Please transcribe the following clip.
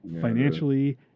financially